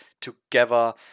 together